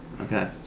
Okay